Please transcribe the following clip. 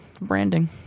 Branding